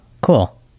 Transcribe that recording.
cool